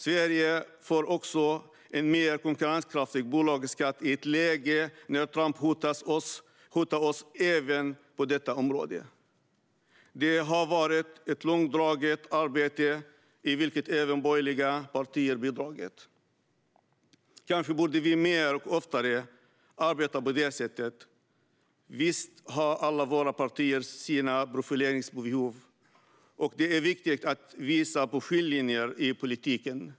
Sverige får också en mer konkurrenskraftig bolagsskatt i ett läge när Trump hotar oss även på detta område. Det har varit ett långdraget arbete i vilket även de borgerliga partierna bidragit. Kanske borde vi mer och oftare arbeta på detta sätt. Visst har alla våra partier sina profileringsbehov, och det är viktigt att visa på skiljelinjer i politiken.